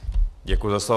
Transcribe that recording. Děkuji za slovo.